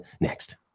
Next